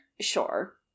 Sure